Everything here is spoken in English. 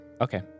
Okay